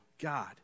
God